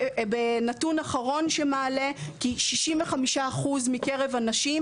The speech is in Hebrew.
נתון אחרון שמעלה כי 65% מקרב הנשים,